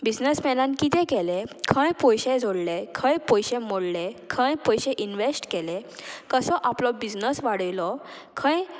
बिजनसमॅनान किदें केलें खंय पयशे जोडलें खंय पयशे मोडले खंय पयशे इनवेस्ट केले कसो आपलो बिजनस वाडयलो खंय